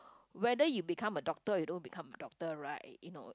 whether you become a doctor or you don't become a doctor right you know